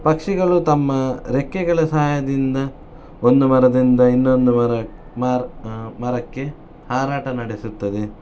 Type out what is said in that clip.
ಪಕ್ಷಿಗಳು ತಮ್ಮ ರೆಕ್ಕೆಗಳ ಸಹಾಯದಿಂದ ಒಂದು ಮರದಿಂದ ಇನ್ನೊಂದು ಮರ ಮರಕ್ಕೆ ಹಾರಾಟ ನಡೆಸುತ್ತದೆ